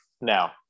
now